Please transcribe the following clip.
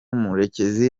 murekezi